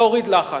להוריד לחץ,